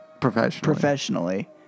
Professionally